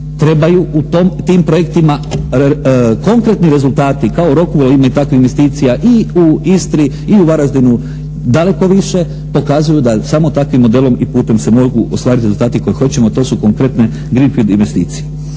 trebaju u tim projektima. Konkretni rezultati kao Rokul u ime takvih investicija i u Istri i u Varaždinu daleko više pokazuju da samo takvim modelom i putem se mogu ostvariti rezultati koje hoćemo, a to su konkretne greend fild investicije.